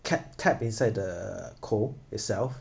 cap tap inside the coal itself